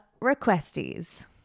requesties